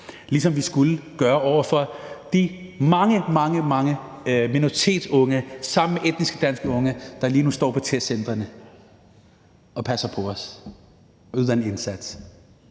ligesom vi skulle gøre det over for de mange, mange minoritetsunge, der sammen med etniske danske unge lige nu står på testcentrene og passer på os og yder en indsats,